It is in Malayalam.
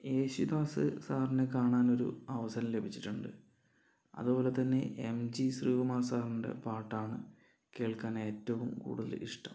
യേശുദാസ് സാറിനെ കാണാൻ ഒരു അവസരം ലഭിച്ചിട്ടുണ്ട് അതുപോലെതന്നെ എംജി ശ്രീകുമാർ സാറിൻ്റെ പാട്ടാണ് കേൾക്കാനായി ഏറ്റവും കൂടുതൽ ഇഷ്ടം